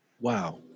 Wow